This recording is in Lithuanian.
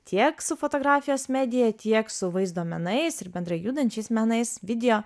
tiek su fotografijos medija tiek su vaizdo menais ir bendrai judančiais menais video